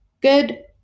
good